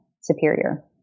superior